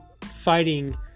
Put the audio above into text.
fighting